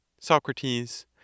Socrates